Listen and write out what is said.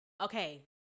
Okay